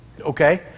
Okay